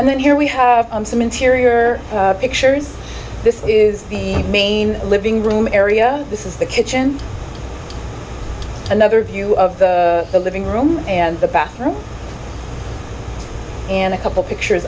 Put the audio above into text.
and then here we have some interior pictures this is the main living room area this is the kitchen another view of the living room and the bathroom and a couple pictures